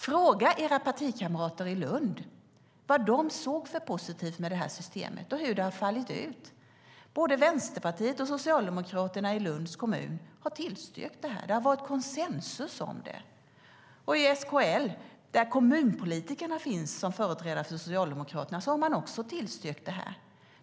Fråga era partikamrater i Lund vad de såg för positivt med det här systemet och hur det har fallit ut! Både Vänsterpartiet och Socialdemokraterna i Lunds kommun har tillstyrkt det här. Det har varit konsensus om det. Och i SKL, där kommunpolitikerna finns, som företrädare för Socialdemokraterna, har man också tillstyrkt det här.